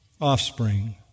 offspring